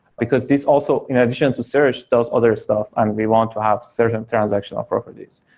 because this also, in addition to search, those other stuff and we want to have certain transactional properties.